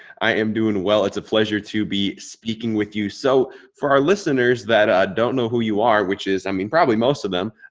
i am doing well. it's a pleasure to be speaking with you. so for our listeners that don't know who you are, which is i mean, probably most of them.